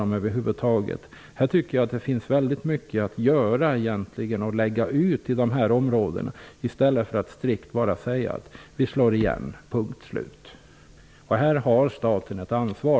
Man kan egentligen lägga ut väldigt mycket i dessa områden i stället för att strikt bara säga att det skall slås igen. Staten har ett ansvar.